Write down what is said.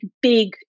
big